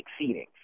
exceeding